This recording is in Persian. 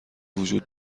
وجود